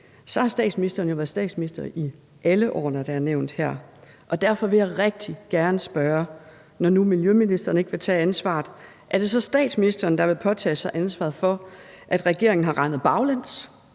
det har statsministeren jo været statsminister i alle årene, der er nævnt her, og derfor vil rigtig gerne spørge, når nu miljøministeren ikke vil tage ansvaret, om det så er statsministeren, der vil påtage sig ansvaret for, at regeringen har regnet baglæns